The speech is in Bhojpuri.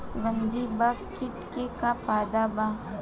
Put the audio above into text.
गंधी बग कीट के का फायदा बा?